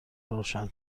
روشن